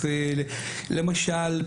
למשל,